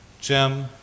Jim